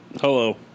Hello